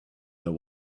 know